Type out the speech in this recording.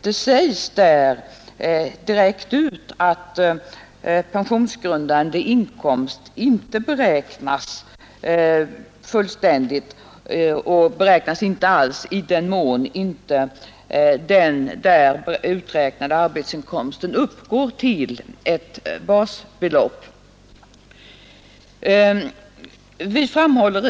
Det sägs där direkt ut att neringen pensionsgrundande inkomst inte beräknas helt eller beräknas över huvud taget i den mån arbetsinkomsten inte uppgår till ett visst basbelopp.